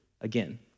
again